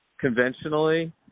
conventionally